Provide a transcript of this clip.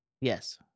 Yes